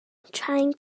trying